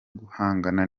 guhangana